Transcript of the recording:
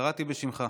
קראתי בשמך.